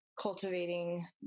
cultivating